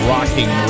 Rocking